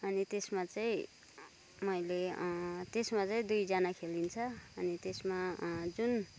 अनि त्यसमा चाहिँ मैले त्यसमा चाहिँ दुईजना खेलिन्छ अनि त्यसमा जुन